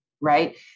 Right